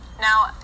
Now